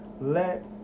let